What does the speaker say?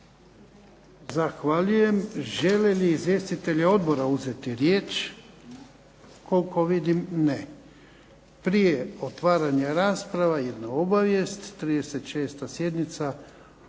Zahvaljujem. Žele li izvjestitelji Odbora uzeti riječ? Koliko vidim ne. Prije otvaranja rasprave, jedna obavijest. 36. sjednica